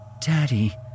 Daddy